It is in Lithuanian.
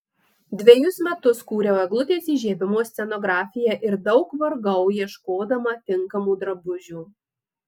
dvejus metus kūriau eglutės įžiebimo scenografiją ir daug vargau ieškodama tinkamų drabužių